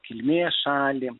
kilmės šalį